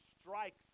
strikes